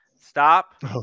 Stop